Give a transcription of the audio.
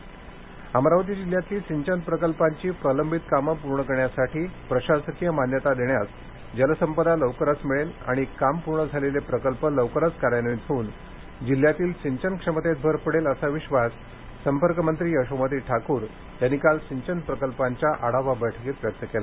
सिंचन अमरावती अमरावती जिल्ह्यातली सिंचन प्रकल्पांची प्रलंबित कामे पूर्ण करण्यासाठी प्रशासकीय मान्यता देण्यास जलसंपदा लवकरच मिळेल आणि कामं पूर्ण झालेले प्रकल्प लवकरच कार्यान्वित होऊन जिल्ह्यातील सिंचनक्षमतेत भर पडेल असा विश्वास संपर्कमंत्री यशोमती ठाकूर यांनी काल सिंचन प्रकल्पांच्या आढावा बैठकीत व्यक्त केला